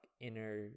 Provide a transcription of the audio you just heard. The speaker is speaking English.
inner